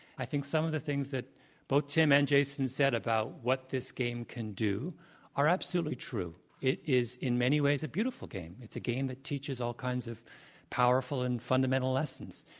i think some of the things that both tim and jason said about what this game can do are absolutely true. it is, in many ways, a beautiful game. it's a game that teaches all kinds of powerful and fundamental lessons.